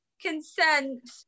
consent